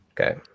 Okay